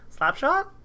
Slapshot